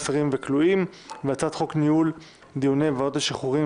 אסירים וכלואים); והצעת חוק ניהול דיוני ועדות השחרורים